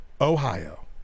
Ohio